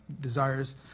desires